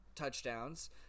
Touchdowns